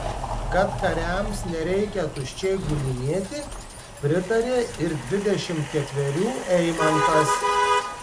kad kariams nereikia tuščiai gulinėti pritarė ir dvidešimt ketverių eimantas